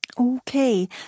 Okay